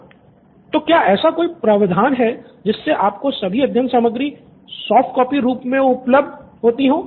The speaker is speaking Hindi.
स्टूडेंट 1 तो क्या ऐसा कोई प्रावधान है जिससे आपको सभी अध्ययन सामग्री सॉफ्टकॉपी रूप मे उपलब्ध होती हो